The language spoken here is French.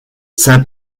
saint